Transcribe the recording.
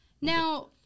Now